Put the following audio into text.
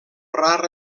rar